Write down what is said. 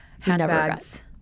handbags